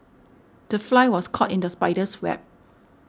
the fly was caught in the spider's web